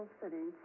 city